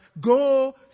go